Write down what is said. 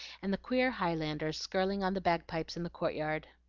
and the queer highlanders skirling on the bagpipes in the courtyard.